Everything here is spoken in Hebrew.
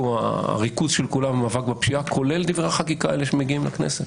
הריכוז של כולם הוא מאבק בפשיעה כולל דברי החקיקה האלה שמגיעים לכנסת.